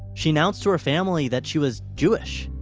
she announced to her family that she was jewish.